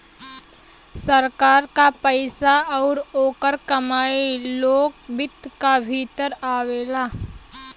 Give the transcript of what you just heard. सरकार क पइसा आउर ओकर कमाई लोक वित्त क भीतर आवेला